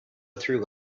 through